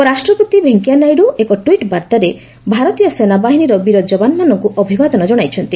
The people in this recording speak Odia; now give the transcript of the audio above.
ଉପରାଷ୍ଟ୍ରପତି ଭେଙ୍କିୟାନାଇଡୁ ଏକ ଟ୍ୱିଟ୍ ବାର୍ତ୍ତାରେ ଭାରତୀୟ ସେନାବାହିନୀର ବୀର ଯବାନମାନଙ୍କୁ ଅଭିବାଦନ ଜଣାଇଛନ୍ତି